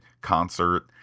concert